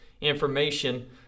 information